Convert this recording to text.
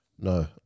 No